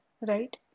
right